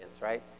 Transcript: right